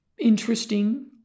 interesting